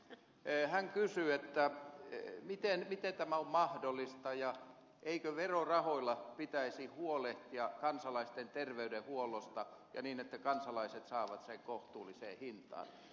hän kysyy miten tämä on mahdollista ja eikö verorahoilla pitäisi huolehtia kansalaisten terveydenhuollosta ja niin että kansalaiset saavat sen kohtuulliseen hintaan